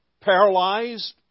paralyzed